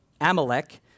Amalek